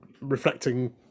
reflecting